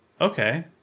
Okay